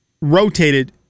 rotated